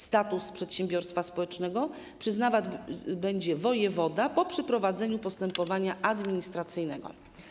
Status przedsiębiorstwa społecznego przyznawać będzie wojewoda po przeprowadzeniu postępowania administracyjnego.